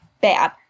bad